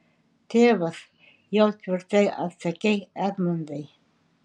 tėvas jau tvirtai atsakei edmundai